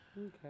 Okay